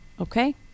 okay